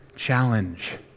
challenge